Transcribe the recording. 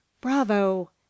bravo